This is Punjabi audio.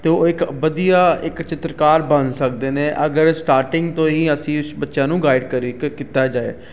ਅਤੇ ਉਹ ਇੱਕ ਵਧੀਆ ਇੱਕ ਚਿੱਤਰਕਾਰ ਬਣ ਸਕਦੇ ਨੇ ਅਗਰ ਸਟਾਰਟਿੰਗ ਤੋਂ ਹੀ ਅਸੀਂ ਉਸ ਬੱਚਿਆਂ ਨੂੰ ਗਾਈਡ ਕਰੀਏ ਕੀਤਾ ਜਾਵੇ